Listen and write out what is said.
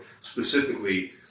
Specifically